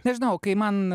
nežinau kai man